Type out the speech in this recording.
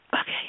okay